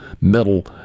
metal